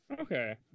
Okay